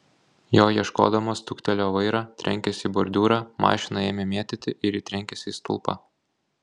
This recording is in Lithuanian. jo ieškodamas suktelėjo vairą trenkėsi į bordiūrą mašiną ėmė mėtyti ir ji trenkėsi į stulpą